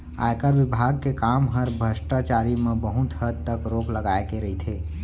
आयकर विभाग के काम हर भस्टाचारी म बहुत हद तक रोक लगाए के रइथे